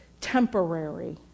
temporary